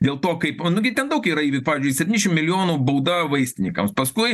dėl to kaip nu gi ten daug yra pavyzdžiui septyniašim milijonų bauda vaistininkams paskui